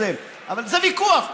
אבל זה ויכוח,